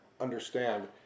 understand